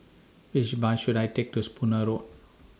Which Bus should I Take to Spooner Road